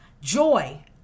joy